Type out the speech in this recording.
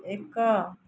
ଏକ